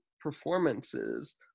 performances